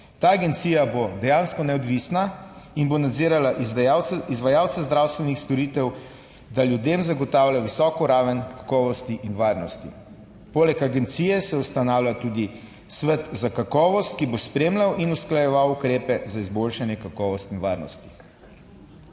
Ta agencija bo dejansko neodvisna in bo nadzirala izvajalce, izvajalce zdravstvenih storitev, da ljudem zagotavlja visoko raven kakovosti in varnosti. Poleg agencije se ustanavlja tudi svet za kakovost, ki bo spremljal in usklajeval ukrepe za izboljšanje kakovosti in varnosti.